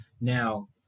now